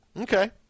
Okay